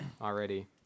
already